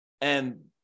And-